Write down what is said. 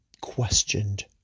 questioned